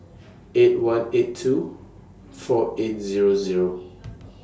eight one eight two four eight Zero Zero